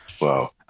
Wow